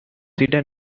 hidden